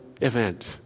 Event